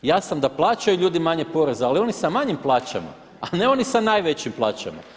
Ja sam da plaćaju ljudi manje poreza ali oni sa manjim plaćama, a ne oni sa najvećim plaćama.